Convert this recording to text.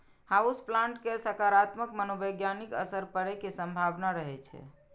house plant के सकारात्मक मनोवैज्ञानिक असर पड़ै के संभावना रहै छै